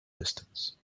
distance